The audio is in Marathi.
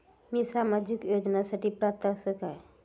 मी सामाजिक योजनांसाठी पात्र असय काय?